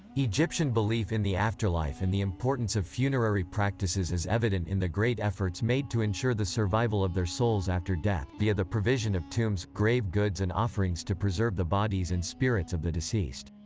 egyptian belief in the afterlife and the importance of funerary practices is evident in the great efforts made to ensure the survival of their souls after death via the provision of tombs, grave goods and offerings to preserve the bodies and spirits of the deceased.